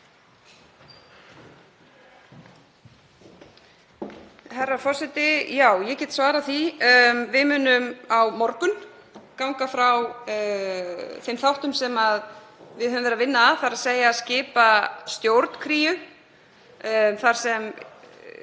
Herra forseti. Já, ég get svarað því. Við munum á morgun ganga frá þeim þáttum sem við höfum verið að vinna að, þ.e. að skipa stjórn Kríu þar sem